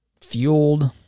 fueled